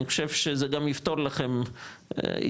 אני חושב שזה גם יפתור לכם התלבטות,